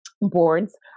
boards